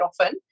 often